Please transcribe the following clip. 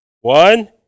One